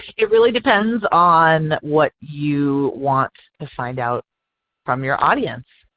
it really depends on what you want to find out from your audience.